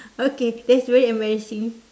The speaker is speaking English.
okay that's very embarrassing